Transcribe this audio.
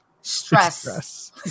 Stress